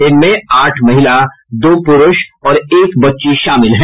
इनमें आठ महिला दो पुरूष और एक बच्ची शामिल हैं